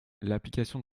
l’application